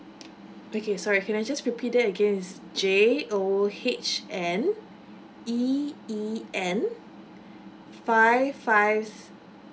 okay sorry can I just repeat that again it's j o h n e e n five five